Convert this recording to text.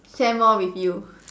share more with you